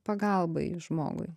pagalbai žmogui